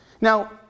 Now